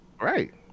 Right